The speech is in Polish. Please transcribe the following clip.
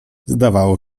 zdawało